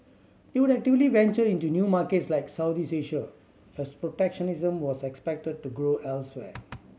they would actively venture into new markets like South east Asia as protectionism was expected to grow elsewhere